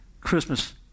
Christmas